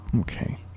okay